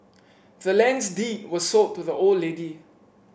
the land's deed was sold to the old lady